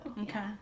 Okay